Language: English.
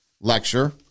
lecture